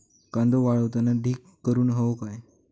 कांदो वाळवताना ढीग करून हवो काय?